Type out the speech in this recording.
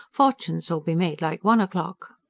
fortunes'll be made like one o'clock.